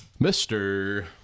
Mr